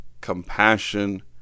compassion